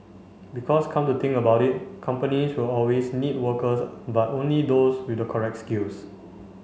because come to think about it companies will always need workers but only those with the correct skills